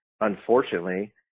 unfortunately